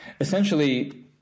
Essentially